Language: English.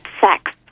Sex